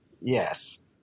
Yes